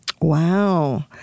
Wow